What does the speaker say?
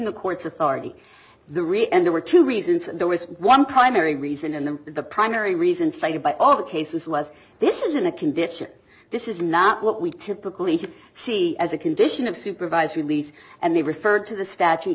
the court's authority the re and there were two reasons there was one primary reason and the primary reason cited by all cases was this isn't a condition this is not what we typically see as a condition of supervised release and they referred to the statu